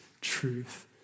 truth